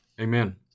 Amen